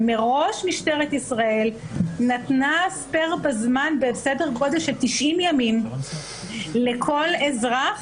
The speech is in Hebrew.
ומראש משטרת ישראל נתנה ספייר בזמן בסדר גודל של 90 ימים לכל אזרח,